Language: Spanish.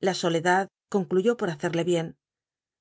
la soledad concluyó por hacerle bien